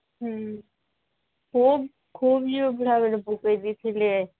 ହୁଁ ଖୁବ୍ ଖୁବ୍ ଏ ବୁଢ଼ା ବେଳେ ଫସାଇ ଦେଇ ଥିଲେ